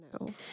no